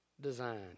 design